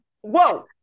Whoa